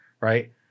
right